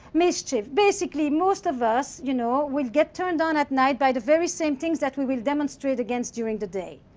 mischief. basically most of us you know will get turned on at night by the very same things that we will demonstrate against during the day.